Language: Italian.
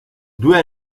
due